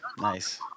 Nice